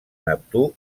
neptú